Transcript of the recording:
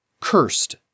Cursed